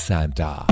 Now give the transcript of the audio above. Santa